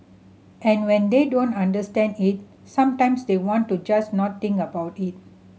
and when they don't understand it sometimes they want to just not think about it